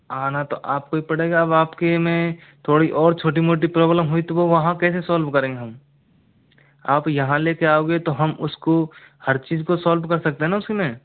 आना तो आपको ही पड़ेगा अब आपके मैं थोड़ी और छोटी मोटी प्रॉब्लम हुई तो वहाँ कैसे सॉल्व करेंगे हम आप यहाँ लेके आओगे तो हम उसको हर चीज़ को सॉल्व कर सकते हैं ना उसमें